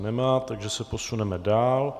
Nemá, takže se posuneme dál.